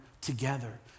together